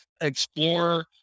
Explore